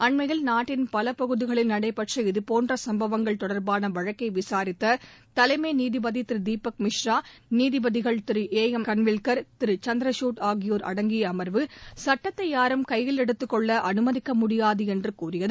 அண்மையில் நாட்டின் பல பகுதிகளில் நடைபெற்ற இதுபோன்ற சம்பவங்கள் தொடர்பான வழக்கை விசாரித்த தலைமை நீதிபதி திரு தீபக் மிஸ்ரா நீதிபதிகள் திரு ஏ எம் கன்வில்கர் திரு சந்திரஞட் ஆகியோர் அடங்கிய அம்வு சட்டத்தை யாரும் கையில் எடுத்துக்கொள்ள அனுமதிக்க முடியாது என்று கூறியது